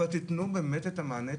אבל תתנו באמת את המענה,